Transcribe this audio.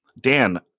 Dan